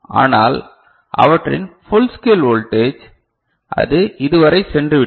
ஆனால் அவற்றின் full scale voltage அது இது வரை சென்றுவிட்டது